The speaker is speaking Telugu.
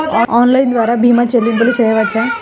ఆన్లైన్ ద్వార భీమా చెల్లింపులు చేయవచ్చా?